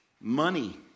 money